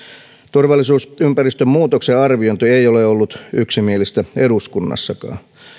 turvallisuusympäristön muutoksen arviointi ei ole ollut yksimielistä eduskunnassakaan